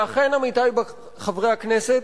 ואכן, עמיתי חברי הכנסת,